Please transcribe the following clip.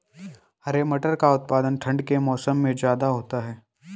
हरे मटर का उत्पादन ठंड के मौसम में ज्यादा होता है